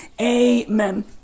amen